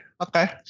Okay